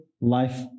life